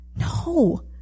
No